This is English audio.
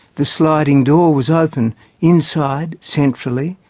the sliding door was open inside, centrally,